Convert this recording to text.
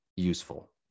useful